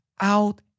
out